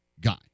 guy